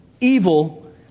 evil